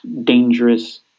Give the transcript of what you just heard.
dangerous